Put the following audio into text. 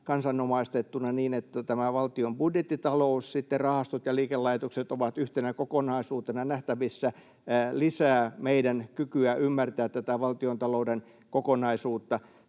kansanomaistettuna — niin, että tämä valtion budjettitalous, sitten rahastot ja liikelaitokset, ovat yhtenä kokonaisuutena nähtävissä, lisää meidän kykyämme ymmärtää tätä valtiontalouden kokonaisuutta.